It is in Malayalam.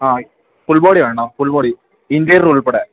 ആ ഫുൾബോഡി വേണം ഫുൾബോഡി ഇൻ്യർ ഉൾപ്പെടെ